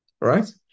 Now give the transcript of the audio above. Right